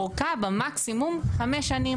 אורכה במקסימום חמש שנים,